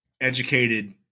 educated